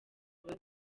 biba